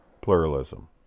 pluralism